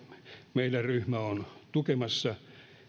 meidän ryhmämme on tukemassa